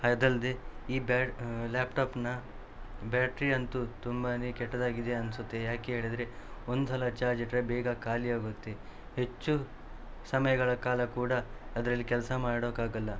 ಅದಲ್ಲದೆ ಈ ಬ್ಯಾ ಲ್ಯಾಪ್ಟಾಪ್ನ ಬ್ಯಾಟ್ರಿ ಅಂತೂ ತುಂಬಾನೆ ಕೆಟ್ಟದಾಗಿದೆ ಅನಿಸುತ್ತೆ ಯಾಕೆ ಹೇಳಿದರೆ ಒಂದ್ಸಲ ಚಾರ್ಜ್ ಇಟ್ಟರೆ ಬೇಗ ಖಾಲಿ ಆಗುತ್ತೆ ಹೆಚ್ಚು ಸಮಯಗಳ ಕಾಲ ಕೂಡ ಅದರಲ್ಲಿ ಕೆಲಸ ಮಾಡೋಕ್ಕಾಗಲ್ಲ